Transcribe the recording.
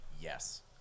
Yes